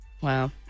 wow